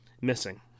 missing